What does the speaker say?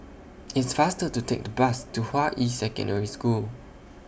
It's faster to Take The Bus to Hua Yi Secondary School